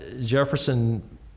Jefferson